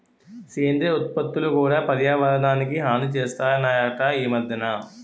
సేంద్రియ ఉత్పత్తులు కూడా పర్యావరణానికి హాని సేస్తనాయట ఈ మద్దెన